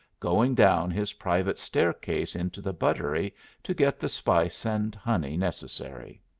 going down his private staircase into the buttery to get the spice and honey necessary.